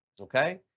okay